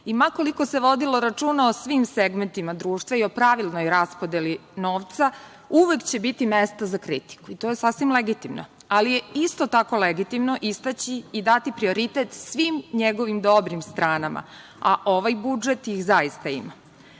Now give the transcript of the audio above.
I ma koliko se vodilo računa o svim segmentima društva i o pravilnoj raspodeli novca uvek će biti mesta za kritiku. To je sasvim legitimno. Ali je isto tako legitimno istaći i dati prioritet svim njegovim dobrim stranama, a ovaj budžet ih zaista ima. Kada